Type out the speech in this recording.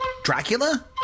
Dracula